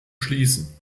schließen